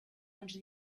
under